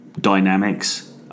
dynamics